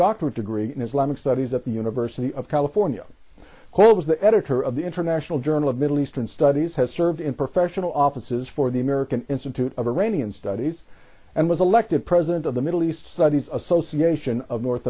doctorate degree in islamic studies at the university of california quote was the editor of the international journal of middle eastern studies has served in professional offices for the american institute of iranian studies and was elected president of the middle east studies association of north